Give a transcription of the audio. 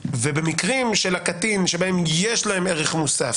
ובמקרים של קטין שבהם כן יש להם ערך מוסף